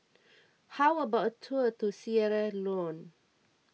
how about a tour to Sierra Leone